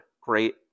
great